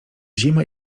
zima